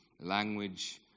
language